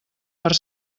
per